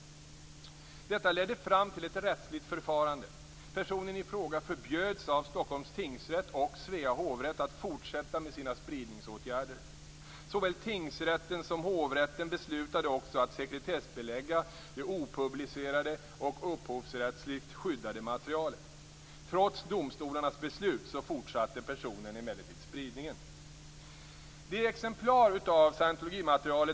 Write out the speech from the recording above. Detta ledde fram till ett rättsligt förfarande. Personen i fråga förbjöds av Stockholms tingsrätt och Svea hovrätt att fortsätta med sina spridningsåtgärder. Såväl tingsrätten som hovrätten beslutade också att sekretessbelägga det opublicerade och upphovsrättsligt skyddade materialet. Trots domstolarnas beslut fortsatte personen emellertid spridningen.